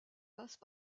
passent